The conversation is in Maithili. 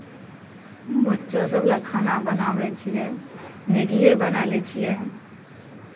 बच्चासभ लए खाना बनाबै छियै मैगिए बनाए लै छियै